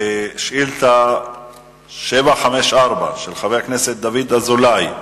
שאילתא 754, של חבר הכנסת דוד אזולאי: